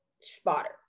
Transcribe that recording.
spotter